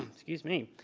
excuse me.